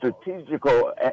strategical